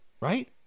Right